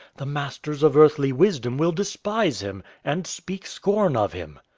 the masters of earthly wisdom will despise him and speak scorn of him.